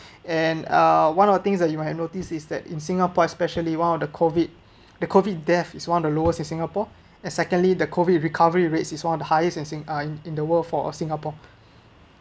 and uh one of the things that you might have noticed is that in singapore especially one of the COVID the COVID death is one of the lowest in singapore and secondly the COVID recovery rates is one of the highest in sing~ uh in the world for singapore